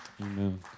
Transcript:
Amen